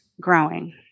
growing